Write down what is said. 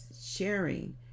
sharing